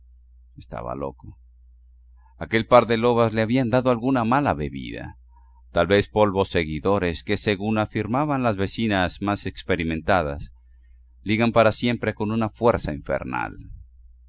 estaba loco aquel par de lobas le habían dado alguna mala bebida tal vez polvos seguidores que según afirmaban las vecinas más experimentadas ligan para siempre con una fuerza infernal